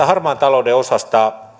harmaan talouden osassa